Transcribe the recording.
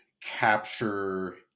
capture